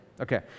Okay